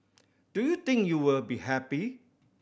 do you think you will be happy